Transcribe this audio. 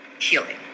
healing